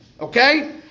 Okay